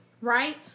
right